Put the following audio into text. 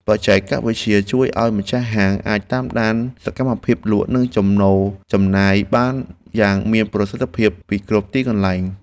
បច្ចេកវិទ្យាជួយឱ្យម្ចាស់ហាងអាចតាមដានសកម្មភាពលក់ និងចំណូលចំណាយបានយ៉ាងមានប្រសិទ្ធភាពពីគ្រប់ទីកន្លែង។